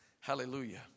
Hallelujah